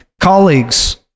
colleagues